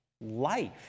life